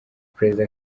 perezida